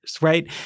right